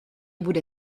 bude